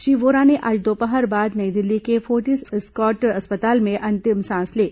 श्री वोरा ने आज दोपहर बाद नई दिल्ली के फोर्टिज एस्कार्ट अस्पताल में अंतिम सांस ली